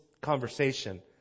conversation